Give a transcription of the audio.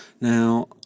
Now